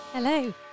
Hello